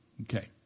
Okay